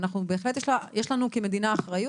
ובהחלט יש לנו כמדינה אחריות.